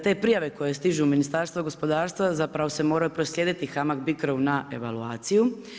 Te prijave koje stižu u Ministarstvo gospodarstva, zapravo se moraju proslijediti HAMAG BICRO-a na evaluaciju.